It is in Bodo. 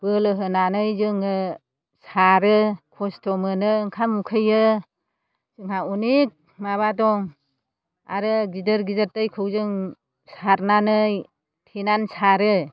बोलो होनानै जोङो सारो खस्थ' मोनो ओंखाम उखैयो जोंहा अनेक माबा दं आरो गिदिर गिदिर दैखौ जों सारनानै थेनानै सारो